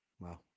Wow